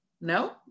No